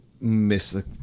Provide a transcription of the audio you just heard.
miss